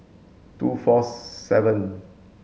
two four seven